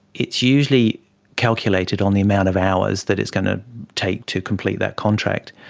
it's usually calculated on the amount of hours that it's going to take to complete that contract.